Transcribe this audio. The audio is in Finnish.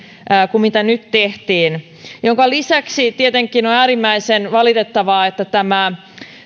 kuin nyt tehtiin minkä lisäksi on tietenkin äärimmäisen valitettavaa että tämä